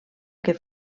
que